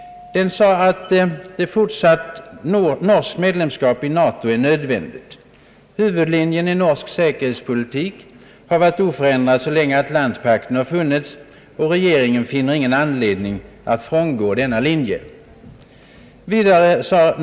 Det framhölls, att fortsatt norskt medlemskap i NATO var nödvändigt. Vidare sades att huvudlinjen i norsk säkerhetspolitik hade varit oförändrad så länge Atlantpakten funnits och att regeringen inte finner någon anledning att frångå denna linje.